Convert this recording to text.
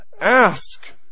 Ask